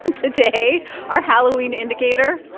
um today our halloween indicator?